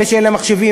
אלה שאין להם מחשבים,